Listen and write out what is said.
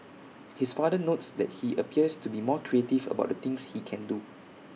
his father notes that he appears to be more creative about the things he can do